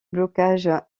blocages